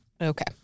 Okay